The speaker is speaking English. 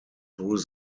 through